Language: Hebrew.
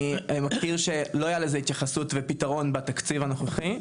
לא היה לזה התייחסות ופתרון בתקציב הנוכחי.